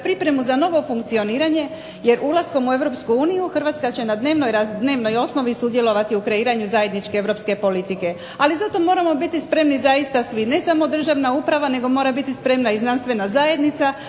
pripremu za novo funkcioniranje jer ulaskom u Europsku uniju Hrvatska će na dnevnoj osnovi sudjelovati u kreiranju zajedničke Europske politike. Ali zato moramo biti spremni zaista svi, ne samo državna uprava nego mora biti spremna i znanstvena zajednica